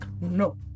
no